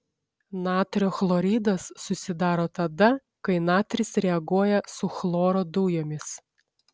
natrio chloridas susidaro tada kai natris reaguoja su chloro dujomis